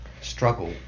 struggle